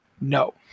No